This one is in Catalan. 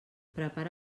prepara